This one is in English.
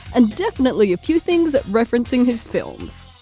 and definitely a few things referencing his films.